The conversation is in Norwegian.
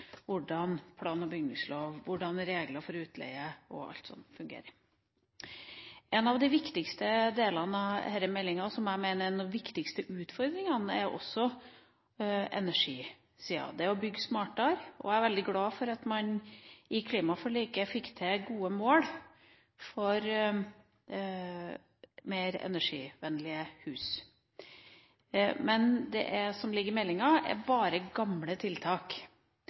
hvordan plan- og bygningslov, regler for utleie og alt sånt fungerer. En av de viktigste delene av denne meldinga, som jeg mener er noen av de viktigste utfordringene, er også energisida – det å bygge smartere. Jeg er veldig glad for at man i klimaforliket fikk til gode mål for mer energivennlige hus. Men det som ligger i meldinga, er bare gamle tiltak.